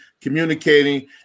communicating